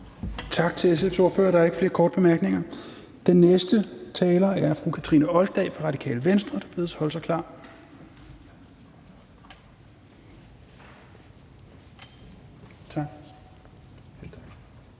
Tak til SF's ordfører. Der er ikke flere korte bemærkninger, og så er den næste taler fru Kathrine Olldag fra Radikale Venstre, der bedes holde sig klar,